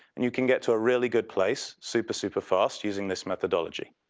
and you can get to a really good place super, super fast, using this methodology.